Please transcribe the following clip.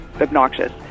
obnoxious